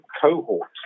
cohort